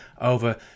over